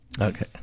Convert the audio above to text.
Okay